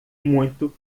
muito